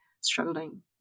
struggling